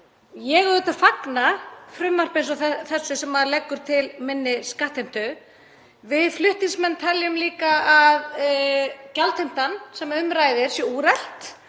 Ég auðvitað fagna frumvarpi eins og þessu sem leggur til minni skattheimtu. Við flutningsmenn teljum líka að gjaldheimtan sem um ræðir sé úrelt,